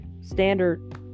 standard